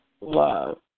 love